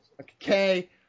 Okay